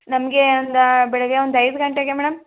ನಮಗೆ ಒಂದು ಬೆಳಿಗ್ಗೆ ಒಂದು ಐದು ಗಂಟೆಗೆ ಮೇಡಮ್